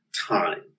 time